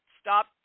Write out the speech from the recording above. Stop